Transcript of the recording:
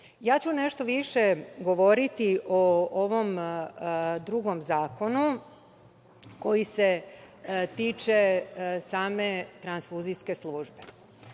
kuge. Nešto više ću govoriti o ovom drugom zakonu koji se tiče same transfuzijske službe.